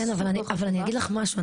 כן, אבל אני אגיד לך משהו.